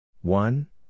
one